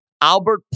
Albert